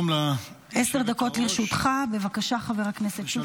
עשר דקות לרשותך, חבר הכנסת שוסטר, בבקשה.